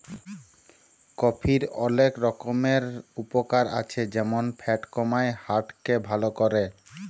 কফির অলেক রকমের উপকার আছে যেমল ফ্যাট কমায়, হার্ট কে ভাল ক্যরে